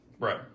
right